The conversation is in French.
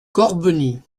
corbeny